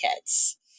kids